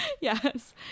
Yes